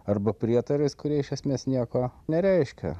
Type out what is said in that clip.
arba prietarais kurie iš esmės nieko nereiškia